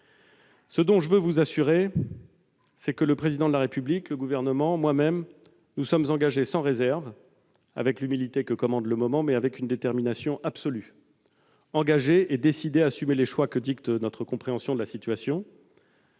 Ce dont je veux vous assurer, c'est que le Président de la République, le Gouvernement et moi-même sommes engagés sans réserve, avec l'humilité que commande le moment, mais avec une détermination absolue, et décidés à assumer les choix que dictent notre compréhension de la situation,